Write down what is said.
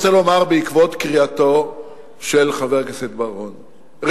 בעקבות קריאתו של חבר הכנסת בר-און אני רוצה לומר,